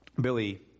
Billy